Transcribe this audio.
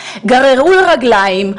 גררו רגליים,